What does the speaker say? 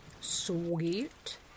sweet